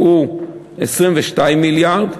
שהוא 22 מיליארד,